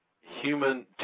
human